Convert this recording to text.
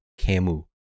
camu